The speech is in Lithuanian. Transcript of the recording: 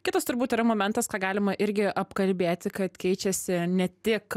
kitas turbūt yra momentas ką galima irgi apkalbėti kad keičiasi ne tik